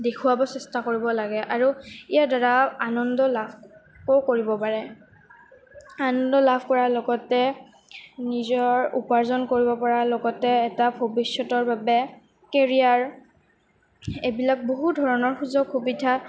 দেখুৱাব চেষ্টা কৰিব লাগে আৰু ইয়াৰ দ্বাৰা আনন্দ লাভ কৰিব পাৰে আনন্দ লাভ কৰাৰ লগতে নিজৰ উপাৰ্জন কৰিব পৰাৰ লগতে এটা ভৱিষ্যতৰ বাবে কেৰিয়াৰ এইবিলাক বহু ধৰণৰ সুযোগ সুবিধা